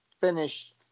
finished